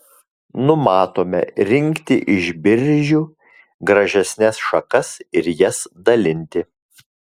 numatome rinkti iš biržių gražesnes šakas ir jas dalinti